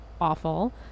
awful